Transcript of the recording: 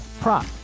prop